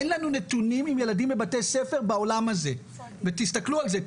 אין לנו נתונים לגבי ילדים שלומדים בבתי הספר בעולם הזה ותסתכלו על זה,